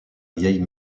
vieille